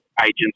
agents